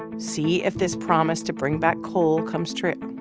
and see if this promise to bring back coal comes true.